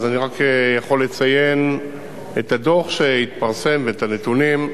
אני רק יכול לציין את הדוח שהתפרסם, ואת הנתונים,